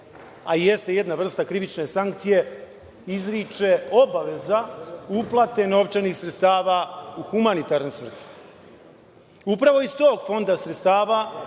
i jeste jedna vrsta krivične sankcije, izriče obaveza uplate novčanih sredstava u humanitarne svrhe. Upravo iz tog fonda sredstava